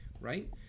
right